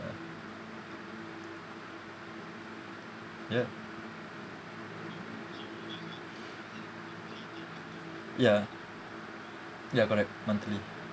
ya ya ya correct monthly